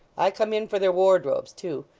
i come in for their wardrobes too.